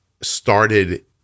started